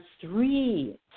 three